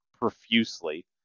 profusely